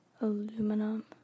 Aluminum